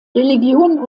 religion